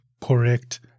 correct